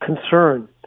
concern